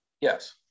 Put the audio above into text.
Yes